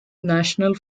national